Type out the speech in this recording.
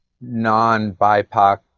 non-bipoc